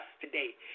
today